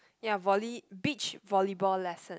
ya volley~ beach volleyball lesson